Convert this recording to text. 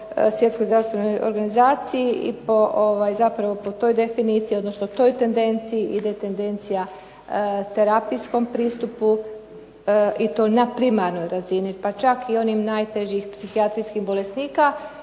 Svjetskoj zdravstvenoj organizaciji i zapravo po toj definiciji, odnosno toj tendenciji ide tendencija terapijskom pristupu i to na primarnoj razini pa čak i onih najtežih psihijatrijskih bolesnika.